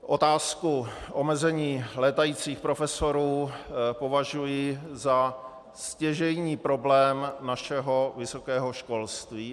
Otázku omezení létajících profesorů považuji za stěžejní problém našeho vysokého školství.